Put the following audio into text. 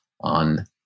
on